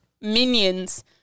minions